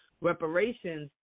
reparations